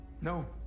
No